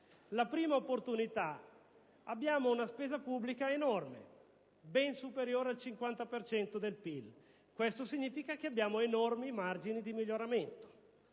la prima opportunità, abbiamo una spesa pubblica enorme, ben superiore al 50 per cento del PIL: questo significa che abbiamo enormi margini di miglioramento.